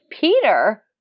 Peter